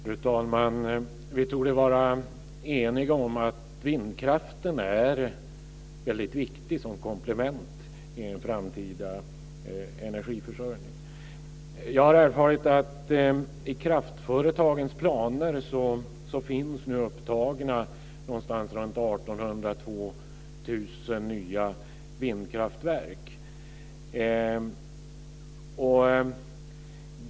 Fru talman! Vi torde vara eniga om att vindkraften är väldigt viktig som komplement i en framtida energiförsörjning. Jag har erfarit att det i kraftföretagens planer finns 1 800-2 000 nya vindkraftverk.